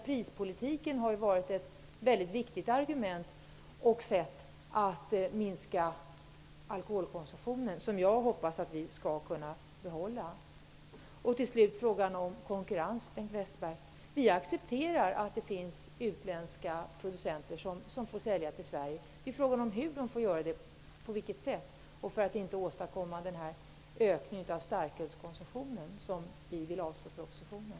Prispolitiken har ju varit ett viktigt sätt att minska alkoholkonsumtionen, och jag hoppas att vi skall kunna behålla den. Till slut till frågan om konkurrens, Bengt Westerberg. Vi accepterar att utländska producenter får sälja till Sverige. Det är fråga om på vilket sätt de skall göra det. Det är för att inte åstadkomma en ökning av starkölskonsumtionen som vi vill avslå propositionen.